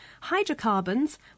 hydrocarbons